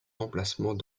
remplacement